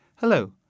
Hello